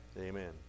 Amen